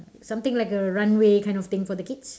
something like a runway kind of thing for the kids